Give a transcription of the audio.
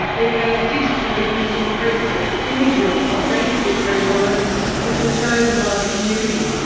it has digitally impressed images of banksia trees on it which were chosen by the community.